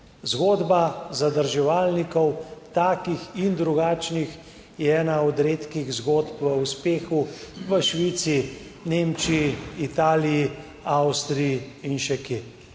Zgodba zadrževalnikov, takih in drugačnih, je ena od redkih zgodb o uspehu v Švici, Nemčiji, Italiji, Avstriji in še kje.